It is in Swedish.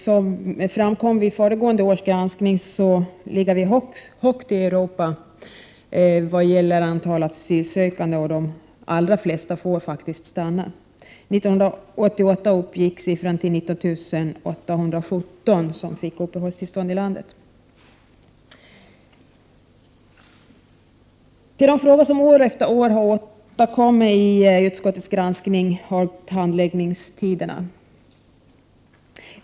Som framkom vid föregående års granskning ligger Sverige högt i statistiken i Europa när det gäller antalet asylsökande, och de allra flesta får faktiskt stanna. 1988 fick 19 817 personer uppehållstillstånd i Sverige. Till de frågor som återkommer år efter år i utskottets granskning hör handläggningstiderna.